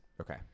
okay